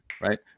right